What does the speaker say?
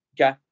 okay